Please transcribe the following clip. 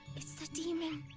it's the demon,